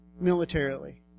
militarily